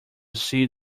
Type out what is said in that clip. see